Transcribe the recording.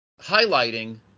highlighting